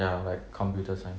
ya like computer science